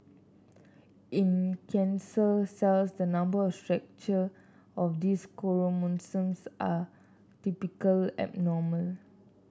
in cancer cells the number and structure of these chromosomes are typically abnormal